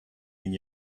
and